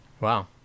wow